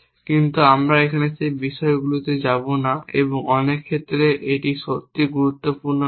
কিন্তু আমরা এখানে সেই বিষয়গুলিতে যাব না এবং অনেক ক্ষেত্রে এটি সত্যিই গুরুত্বপূর্ণ নয়